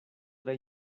tre